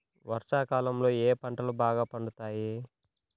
వర్షాకాలంలో ఏ పంటలు బాగా పండుతాయి?